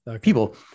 people